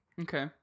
Okay